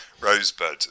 rosebud